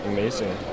Amazing